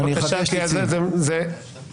תחתור לסיום.